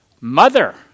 Mother